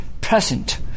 present